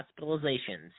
hospitalizations